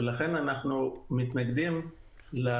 לכן אנחנו מתנגדים לה.